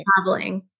traveling